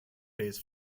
days